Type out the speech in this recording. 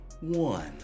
one